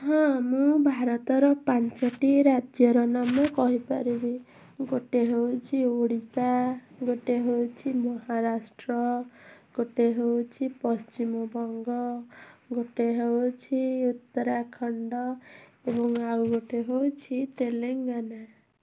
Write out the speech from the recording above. ହଁ ମୁଁ ଭାରତର ପାଞ୍ଚଟି ରାଜ୍ୟର ନାମ କହିପାରିବି ଗୋଟେ ହେଉଛି ଓଡ଼ିଶା ଗୋଟେ ହେଉଛି ମହାରାଷ୍ଟ୍ର ଗୋଟେ ହେଉଛି ପଶ୍ଚିମବଙ୍ଗ ଗୋଟେ ହେଉଛି ଉତ୍ତରାଖଣ୍ଡ ଏବଂ ଆଉଗୋଟେ ହେଉଛି ତେଲେଙ୍ଗାନା